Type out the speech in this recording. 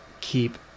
keep